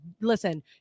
listen